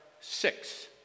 six